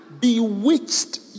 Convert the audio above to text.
bewitched